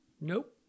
nope